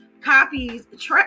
copies